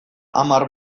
hamar